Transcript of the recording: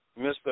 Mr